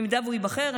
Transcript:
אם הוא ייבחר,